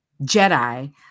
Jedi